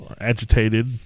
agitated